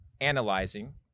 analyzing